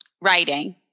writing